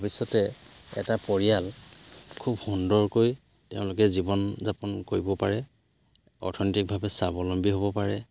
তাৰপিছতে এটা পৰিয়াল খুব সুন্দৰকৈ তেওঁলোকে জীৱন যাপন কৰিব পাৰে অৰ্থনৈতিকভাৱে স্বাৱলম্বী হ'ব পাৰে